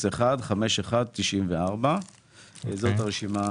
נדיר 580654523 נחלת אברהם